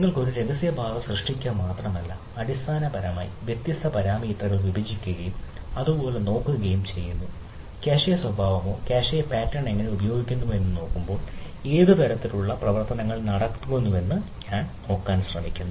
നിങ്ങൾ ഒരു രഹസ്യ പാത സൃഷ്ടിക്കുക മാത്രമല്ല അടിസ്ഥാനപരമായി വ്യത്യസ്ത പാരാമീറ്ററുകൾ വിഭജിക്കുകയും അത് പോലെ നോക്കുകയും ചെയ്യുന്നു കാഷെ സ്വഭാവമോ കാഷെ പാറ്റേൺ എങ്ങനെ ഉപയോഗിക്കുന്നുവെന്നോ നോക്കുമ്പോൾ എന്ത് തരത്തിലുള്ള പ്രവർത്തനങ്ങൾ നടക്കുന്നുവെന്ന് ഞാൻ നോക്കാൻ ശ്രമിക്കുന്നു